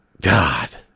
God